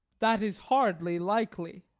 that is hardly likely.